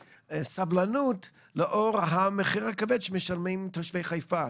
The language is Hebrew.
סבלנות לאור המחיר הכבד שמשלמים תושבי חיפה,